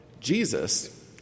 Jesus